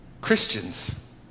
Christians